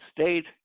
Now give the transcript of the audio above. State